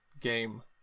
game